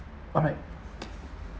alright